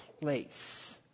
place